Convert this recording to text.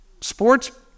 sports